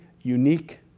unique